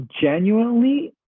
genuinely